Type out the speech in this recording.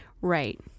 right